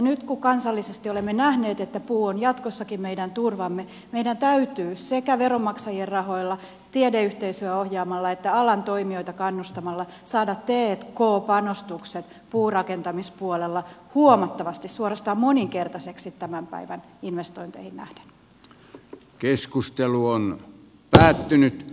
nyt kun kansallisesti olemme nähneet että puu on jatkossakin meidän turvamme meidän täytyy sekä veronmaksajien rahoilla tiedeyhteisöä ohjaamalla että alan toimijoita kannustamalla saada t k panostukset puurakentamispuolella huomattavasti suuremmiksi suorastaan moninkertaisiksi tämän päivän investointeihin nähden